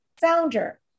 founder